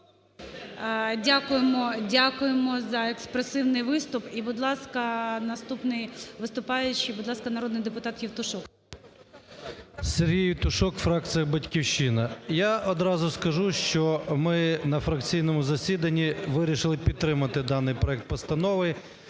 дякуємо за експресивний виступ. І, будь ласка, наступний виступаючий. Будь ласка, народний депутат Євтушок. 13:54:07 ЄВТУШОК С.М. Сергій Євтушок, фракція "Батьківщина". Я одразу скажу, що ми на фракційному засіданні вирішили підтримати даний проект постанови,